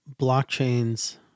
blockchains